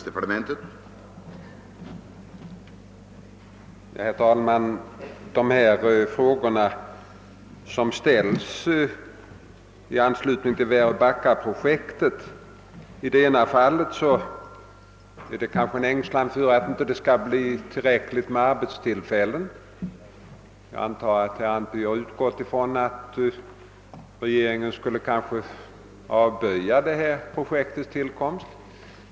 Herr talman! Här har ställts en del frågor i anslutning till Väröbacka-projektet. I ena fallet kan det bakom frågan ligga en ängslan för att det inte skall bli tillräckligt med arbetstillfällen. Jag antar att herr Antby har utgått från att regeringen skulle kunna avböja projektets förverkligande.